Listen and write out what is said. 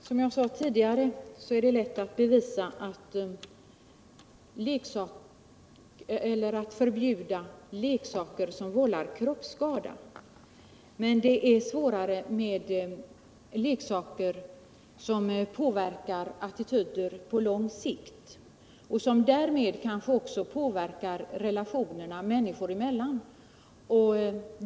Herr talman! Som jag tidigare sagt är det lätt att förbjuda leksaker som vållar kroppsskada. Men det är svårare att förbjuda leksaker som påverkar attityder på lång sikt och som därmed kanske också påverkar relationerna människor emellan.